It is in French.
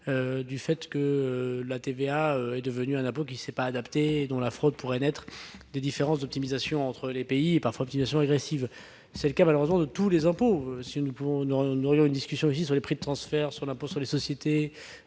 le fait que la TVA serait devenue un impôt inadapté, la fraude pouvant naître des différences d'optimisation entre les pays et parfois d'une optimisation agressive. C'est malheureusement le cas de tous les impôts. Si nous avions une discussion sur les prix de transfert ou sur l'impôt sur les sociétés,